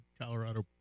Colorado